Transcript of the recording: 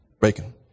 Bacon